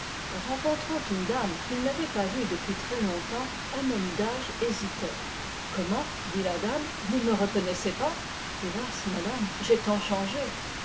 rencontrant une dame qu'il n'avait pas vue depuis très longtemps un homme d'âge hésitait comment dit la dame vous ne me reconnaissez pas hélas madame j'ai tant changé